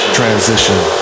Transition